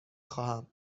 خواهم